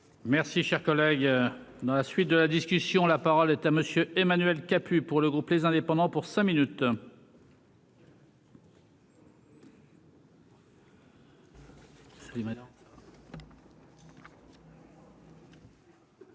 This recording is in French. Merci, cher collègue, dans la suite de la discussion, la parole est à monsieur Emmanuel Capus pour le groupe, les indépendants pour cinq minutes.